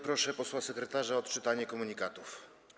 Proszę posła sekretarza o odczytanie komunikatów.